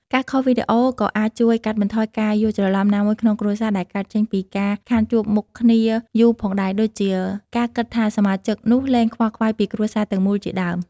ការខលវីដេអូក៏អាចជួយកាត់បន្ថយការយល់ច្រឡំណាមួយក្នុងគ្រួសារដែលកើតចេញពីការខានជួបមុខគ្នាយូរផងដែរ ដូចជា ការគិតថា សមាជិកនោះលែងខ្វល់ខ្វាយពីគ្រួសារទាំងមូលជាដើម។